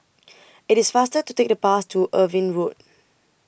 IT IS faster to Take The Bus to Irving Road